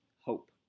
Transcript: hope